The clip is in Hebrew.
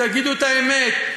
תגידו את האמת,